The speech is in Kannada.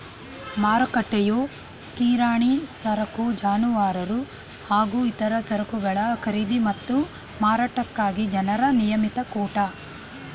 ಮಾರುಕಟ್ಟೆಯು ಕಿರಾಣಿ ಸರಕು ಜಾನುವಾರು ಹಾಗೂ ಇತರ ಸರಕುಗಳ ಖರೀದಿ ಮತ್ತು ಮಾರಾಟಕ್ಕಾಗಿ ಜನರ ನಿಯಮಿತ ಕೂಟ